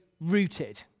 rooted